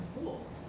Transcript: schools